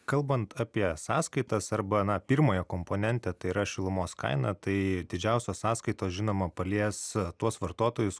kalbant apie sąskaitas arba na pirmąją komponentę tai yra šilumos kainą tai didžiausios sąskaitos žinoma palies tuos vartotojus